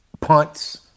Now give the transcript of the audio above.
punts